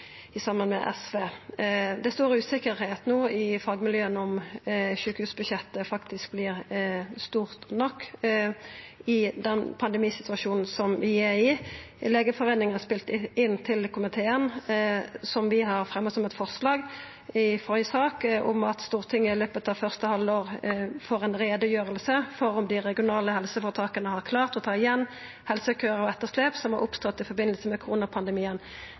saman med SV. Det er no stor usikkerheit i fagmiljøa om sjukehusbudsjettet faktisk vert stort nok i den pandemisituasjonen som vi er i. Legeforeningen har spelt inn til komiteen, som vi har fremja som eit forslag i førre sak, at Stortinget i løpet av første halvår får ei utgreiing for om dei regionale helseføretaka har klart å ta igjen helsekøar og etterslep som har oppstått i samband med koronapandemien.